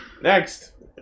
Next